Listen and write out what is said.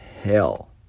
hell